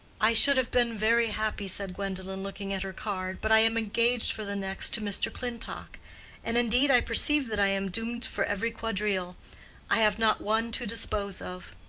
i should have been very happy, said gwendolen looking at her card, but i am engaged for the next to mr. clintock and indeed i perceive that i am doomed for every quadrille i have not one to dispose of.